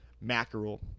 mackerel